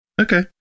Okay